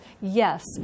Yes